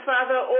Father